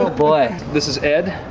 boy. this is ed.